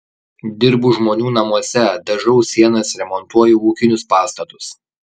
dirbu žmonių namuose dažau sienas remontuoju ūkinius pastatus